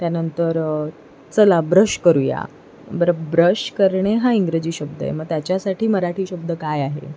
त्यानंतर चला ब्रश करूया बरं ब्रश करणे हा इंग्रजी शब्द आहे मग त्याच्यासाठी मराठी शब्द काय आहे